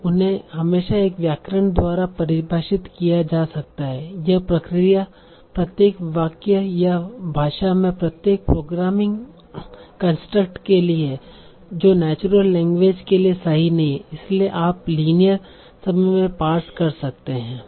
तो उन्हें हमेशा एक व्याकरण द्वारा परिभाषित किया जा सकता है यह प्रक्रिया प्रत्येक वाक्य या भाषा में प्रत्येक प्रोग्रामिंग कंसतृक्ट के लिए है जो नेचुरल लैंग्वेज के लिए सही नहीं है इसलिए आप लीनियर समय में पार्स कर सकते हैं